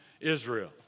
Israel